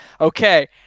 okay